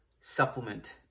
supplement